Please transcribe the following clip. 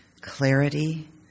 clarity